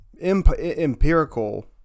empirical